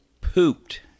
pooped